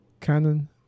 canon